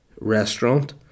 restaurant